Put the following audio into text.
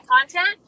content